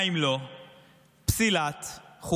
מה אם לא פסילות חוקי-היסוד,